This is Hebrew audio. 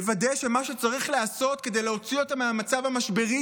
לוודא שמה שצריך לעשות כדי להוציא אותה מהמצב המשברי